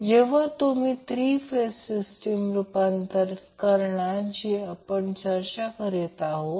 जेव्हा तुम्ही three phase system रूपांतर करणार जी आपण चर्चा करत आहोत